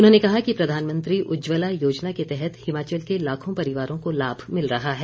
उन्होंने कहा कि प्रधानमंत्री उज्जवला योजना के तहत हिमाचल के लाखों परिवारों को लाभ मिल रहा है